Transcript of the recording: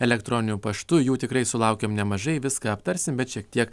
elektroniniu paštu jų tikrai sulaukiam nemažai viską aptarsime bet šiek tiek